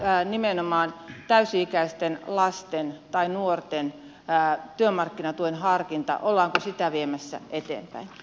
ollaanko nimenomaan täysi ikäisten lasten tai nuorten työmarkkinatuen harkinnan poistoa viemässä eteenpäin